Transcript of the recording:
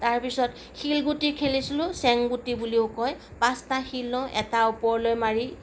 তাৰ পিছত শিলগুটি খেলিছিলোঁ চেংগুটি বুলিও কয় পাঁচটা শিল লওঁ এটা ওপৰলৈ মাৰি